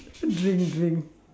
drink drink